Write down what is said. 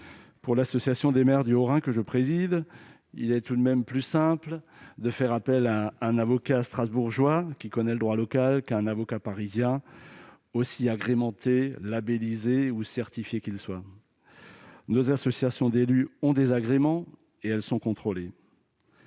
Pour l'Association des maires du Haut-Rhin que je préside, il est tout de même plus simple de faire appel à un avocat strasbourgeois qui connaît le droit local qu'à un avocat parisien aussi « agrémenté », labellisé ou certifié qu'il soit ... Nos associations d'élus ont leurs agréments et elles sont contrôlées.